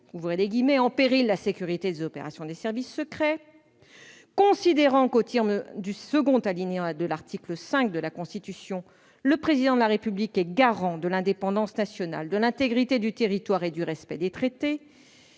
en péril la sécurité des opérations des services secrets "; considérant qu'aux termes du second alinéa de l'article 5 de la Constitution, le Président de la République " est garant de l'indépendance nationale, de l'intégrité du territoire et du respect des traités